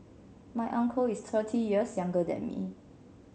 my uncle is thirty years younger than me